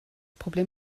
problem